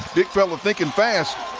big fellow thinking fast.